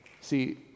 See